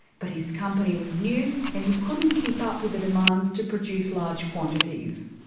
but his company was new and he couldn't keep up with the demands to produce large quantities.